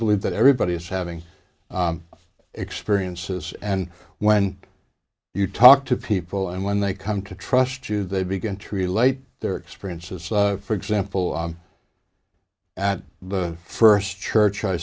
believe that everybody is having experiences and when you talk to people and when they come to trust you they begin tree light their experiences for example at the first church i